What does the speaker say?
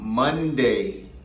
Monday